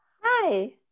Hi